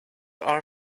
are